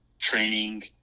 training